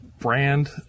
brand